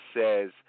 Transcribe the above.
says